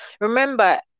remember